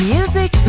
Music